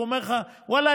הוא אומר לך: ואללה,